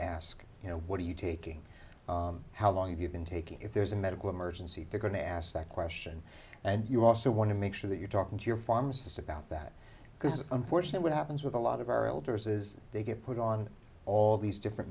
ask you know what are you taking how long have you been taking if there's a medical emergency they're going to ask that question and you also want to make sure that you're talking to your pharmacist about that because unfortunate what happens with a lot of our elders is they get put on all these different